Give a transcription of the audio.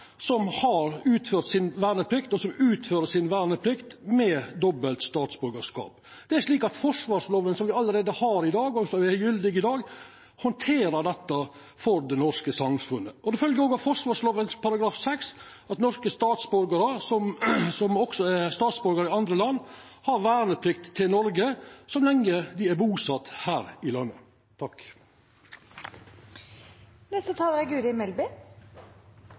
som har utført verneplikta si, og som utfører verneplikta si, med dobbelt statsborgarskap. Forsvarsloven som me allereie har i dag, og som er gyldig i dag, handterer dette for det norske samfunnet. Det følgjer òg av forsvarsloven § 6 at norske statsborgarar som også er statsborgarar av eit anna land, har verneplikt i Noreg så lenge dei er busette her i landet. Jeg vil gjerne kommentere representanten Slagsvold Vedums innlegg, der han framstiller det som om dette nærmest er